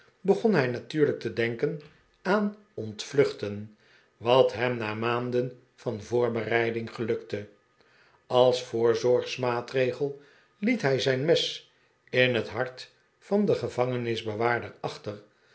begon hij natuurlijk te denken aan ontvluchten wat hem na maanden van voorbereiding gelukte als voorzorgsmaatregel liet hij zijn mes in het hart van den gevangenbewaarder achter